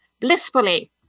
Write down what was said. blissfully